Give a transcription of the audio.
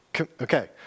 Okay